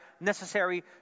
necessary